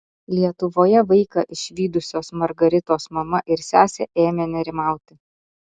lietuvoje vaiką išvydusios margaritos mama ir sesė ėmė nerimauti